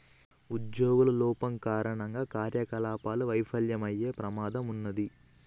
ఉజ్జోగుల లోపం కారణంగా కార్యకలాపాలు విఫలమయ్యే ప్రమాదం ఉన్నాది